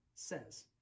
says